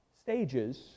stages